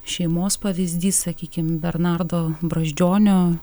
šeimos pavyzdys sakykim bernardo brazdžionio